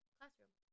classroom